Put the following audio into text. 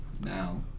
now